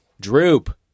Droop